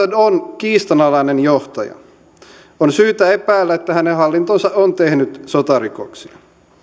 on kiistanalainen johtaja on syytä epäillä että hänen hallintonsa on tehnyt sotarikoksia